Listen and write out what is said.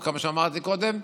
או כמה שאמרתי קודם,